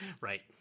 right